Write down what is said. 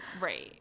right